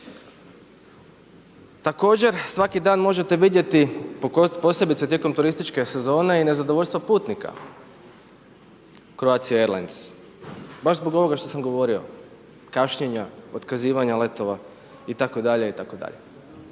Također, svaki dan možete vidjeti posebice tijekom turističke sezone i nezadovoljstvo putnika Croatie Airlines. Baš zbog ovoga što sam govorio. Kašnjenja, otkazivanja letova itd.,